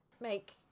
make